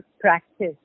practice